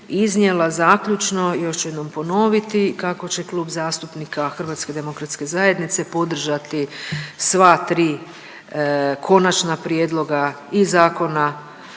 iznijela zaključno još ću jednom ponoviti kako će Klub zastupnika HDZ-a podržati sva tri konačna prijedloga i Zakona